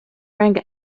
rang